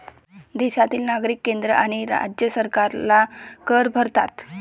देशातील नागरिक केंद्र आणि राज्य सरकारला कर भरतात